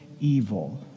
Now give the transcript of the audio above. evil